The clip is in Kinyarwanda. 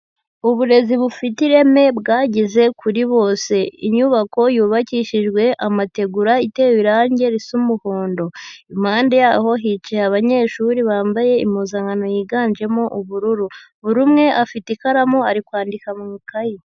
Uburezi bufite ireme bwageze kuri bose, inyubako yubakishijwe amategura itewe irange risa umuhondo, impande yaho hicaye abanyeshuri bambaye impuzankano yiganjemo ubururu, buri umwe afite ikaramu ari kwandika mu ikayi.